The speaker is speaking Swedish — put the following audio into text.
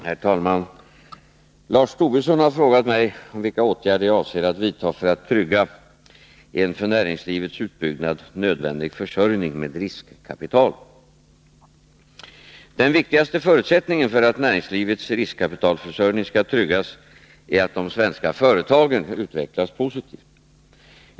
Herr talman! Lars Tobisson har frågat mig vilka åtgärder jag avser att vidtaga för att trygga en för näringslivets utbyggnad nödvändig försörjning med riskkapital. Den viktigaste förutsättningen för att näringslivets riskkapitalförsörjning skall tryggas är att de svenska företagen utvecklas positivt.